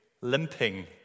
limping